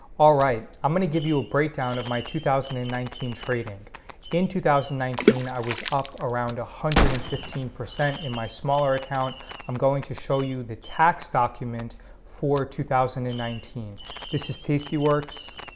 all right i'm gonna give you a breakdown of my two thousand and nineteen trading in two thousand and nineteen i was up around a hundred and fifteen percent in my smaller account i'm going to show you the tax document for two thousand and nineteen this is tastyworks